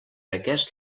aquest